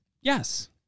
Yes